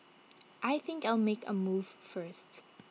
I think I'll make A move first